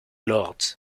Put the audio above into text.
lords